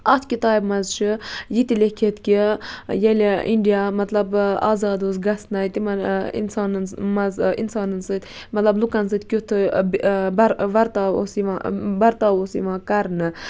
اتھ کِتابہ مَنٛز چھُ یہِ تہٕ لیٚکھِتھ کہِ ییٚلہِ اِنڈیا مَطلَب آزاد اوس گَژھنے تِمَن اِنسانَن مَنٛز اِنسانَن سۭتۍ مَطلَب لُکَن سۭتۍ کیُتھ بر وَرتاو اوس یِوان برتاو اوس یِوان کَرنہٕ